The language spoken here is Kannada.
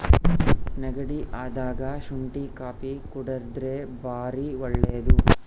ನೆಗಡಿ ಅದಾಗ ಶುಂಟಿ ಕಾಪಿ ಕುಡರ್ದೆ ಬಾರಿ ಒಳ್ಳೆದು